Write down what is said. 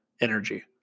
energy